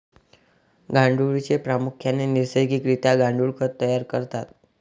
गांडुळे प्रामुख्याने नैसर्गिक रित्या गांडुळ खत तयार करतात